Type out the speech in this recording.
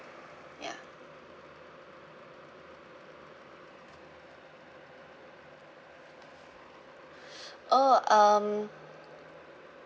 ya oh um